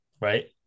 Right